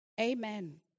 Amen